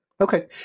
Okay